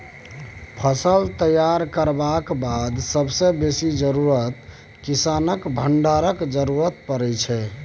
फसल तैयार करबाक बाद सबसँ बेसी जरुरत किसानकेँ भंडारणक जरुरत परै छै